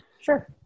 Sure